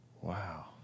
Wow